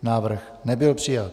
Návrh nebyl přijat.